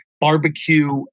barbecue